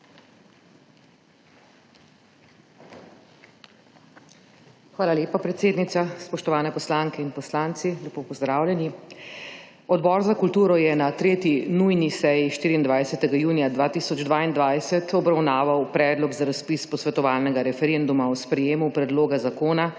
Hvala lepa predsednica. Spoštovane poslanke in poslanci, lepo pozdravljeni! Odbor za kulturo je na 3. nujni seji 24. junija 2022 obravnaval Predlog za razpis posvetovalnega referenduma o sprejemu Predloga zakona